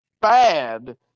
bad